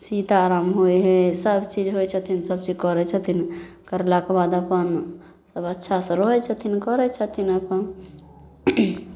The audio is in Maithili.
सीताराम होइ हइ सबचीज होइ छथिन सबचीज करै छथिन करलाके बाद अपन सभ अच्छा से रहै छथिन करै छथिन अपन